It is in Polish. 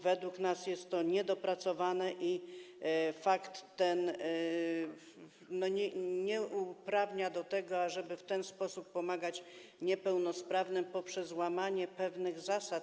Według nas jest to niedopracowane i fakt ten nie uprawnia do tego, ażeby w ten sposób pomagać niepełnosprawnym, poprzez łamanie pewnych zasad.